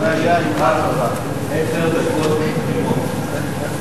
עשר דקות תמימות.